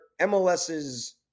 MLS's